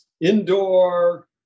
indoor